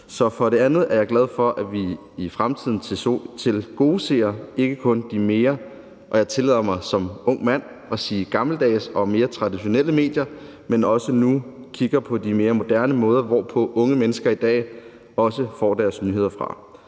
Så for det andet er jeg glad for, at vi i fremtiden tilgodeser ikke kun de mere, og jeg tillader mig som en ung mand at sige gammeldags og mere traditionelle medier, men at vi nu også kigger på, at de mere moderne måder, hvorpå unge mennesker i dag også får deres nyheder,